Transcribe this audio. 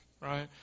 right